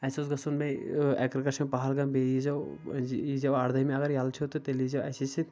اسہِ اوس گژھُن مے اٮ۪کٕسکرشن پہلگام بیٚیہِ یٖزیٚو أنۍ زِ یٖزیٚو اردہمہِ اگر ییٚلہِ چھو تہِ تیٚلہِ یٖزیٚو اسی سۭتۍ